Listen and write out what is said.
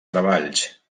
treballs